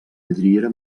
vidriera